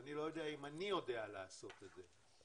אני לא יודע אם אני יודע לעשות את זה,